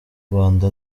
rwanda